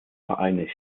vereinigt